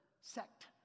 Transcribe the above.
sect